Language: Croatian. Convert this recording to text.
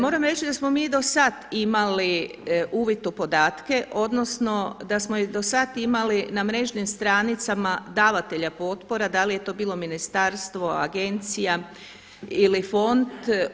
Moram reći da smo mi do sada imali uvid u podatke odnosno da smo i do sada imali na mrežnim stranicama davatelja potpora, da li je to bilo ministarstvo, agencija ili fond.